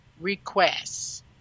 requests